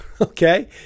Okay